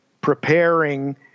preparing